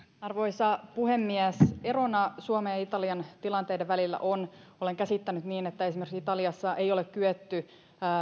arvoisa puhemies erona suomen ja italian tilanteiden välillä on olen käsittänyt niin että italiassa ei esimerkiksi ole kyetty